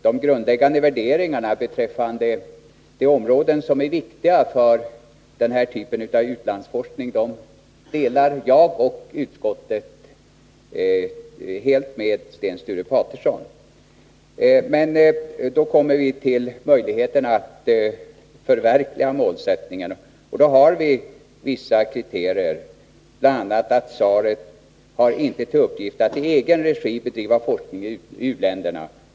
De grundläggande värderingarna beträffande de områden som är viktiga för den här typen av u-landsforskning delar jag och utskottet med Sten Sture Paterson. Men så kommer vi till möjligheterna att förverkliga målsättningarna. Då har vi vissa kriterier, bl.a. att SAREC inte har till uppgift att i egen regi bedriva forskning i u-länderna.